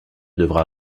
devra